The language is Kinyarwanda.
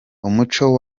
umuco